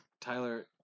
Tyler